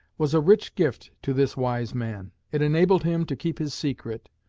was a rich gift to this wise man. it enabled him to keep his secret,